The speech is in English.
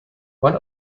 when